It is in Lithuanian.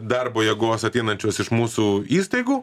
darbo jėgos ateinančios iš mūsų įstaigų